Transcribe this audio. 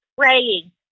praying